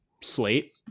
slate